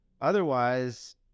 Otherwise